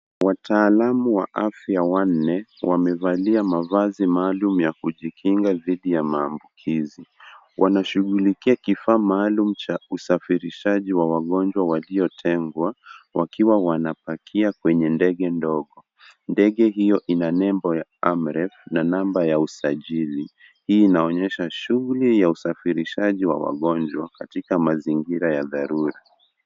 Wataalamu wa afya wanne wamevalia mavazi maalum ya kujikinga dhidi ya maambukizi. Wanashughulikia kifaa maalum cha usafirishaji wa wagonjwa waliotengwa wakiwa wanapakia kwenye ndege ndogo. Ndege hio ina nembo ya Amref na number ya usajili. Hii inaonyesha shughuli ya usafirishaji wa wagonjwa katika mazingira ya dharura.